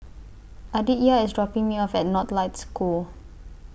Aditya IS dropping Me off At North Lights School